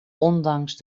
ondanks